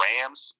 Rams